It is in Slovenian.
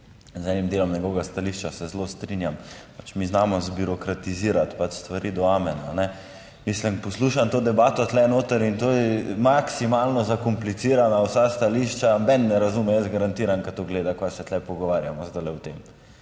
z enim delom njegovega stališča se zelo strinjam, pač mi znamo zbirokratizirati stvari do amen. Mislim, poslušam to debato tu noter in to je maksimalno zakomplicirana vsa stališča, noben ne razume, jaz garantiram, ko to gleda, kaj se tu pogovarjamo zdajle o tem.